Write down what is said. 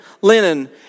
linen